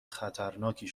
خطرناکی